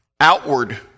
outward